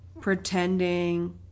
pretending